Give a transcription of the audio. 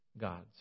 God's